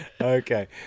Okay